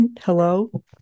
hello